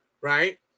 right